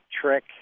Trick